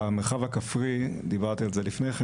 במרחב הכפרי עשינו את זה לפני כן,